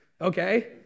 okay